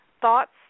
thoughts